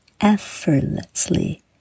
effortlessly